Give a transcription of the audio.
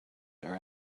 are